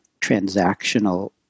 transactional